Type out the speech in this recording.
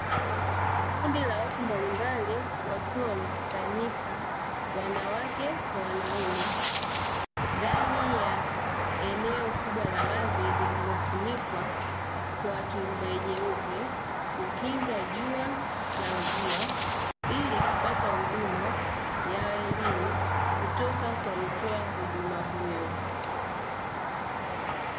Kundi la watu mbalimbali wakiwa wamekusanyika wanawake kwa wanaume ndani ya eneo kubwa la wazi lililofunikwa kwa turubai nyeupe, kukinga jua na mvua ili kupata huduma ya elimu kutoka kwa mtoa huduma huyo.